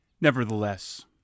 Nevertheless